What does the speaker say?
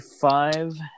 five